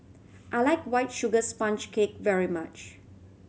I like White Sugar Sponge Cake very much